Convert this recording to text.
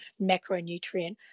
macronutrient